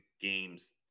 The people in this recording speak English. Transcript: games